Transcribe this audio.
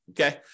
Okay